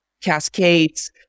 cascades